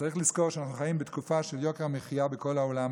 צריך לזכור שאנחנו חיים בתקופה של יוקר המחיה בכל העולם,